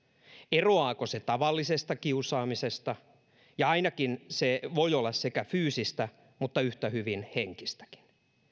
eroaako se tavallisesta kiusaamisesta ainakin se voi olla sekä fyysistä että yhtä hyvin henkistäkin